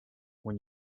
when